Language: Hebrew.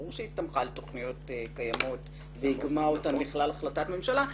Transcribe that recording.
ברור שהיא הסתמכה על תוכניות קיימות ואיגמה אותן לכלל החלטת ממשלה,